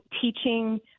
teaching